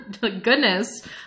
Goodness